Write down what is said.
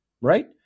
Right